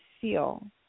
feel